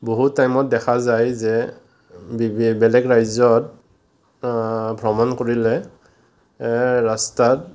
বহু টাইমত দেখা যায় যে বেলেগ ৰাজ্যত ভ্ৰমণ কৰিলে ৰাস্তাত